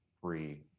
free